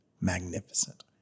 magnificent